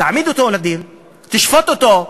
תעמיד אותו לדין, תשפוט אותו,